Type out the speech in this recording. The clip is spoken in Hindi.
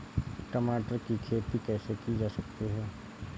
टमाटर की खेती कैसे की जा सकती है?